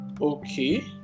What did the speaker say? Okay